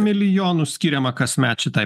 milijonų skiriama kasmet šitai